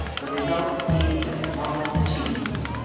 the result is at last achieved.